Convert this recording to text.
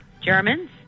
Germans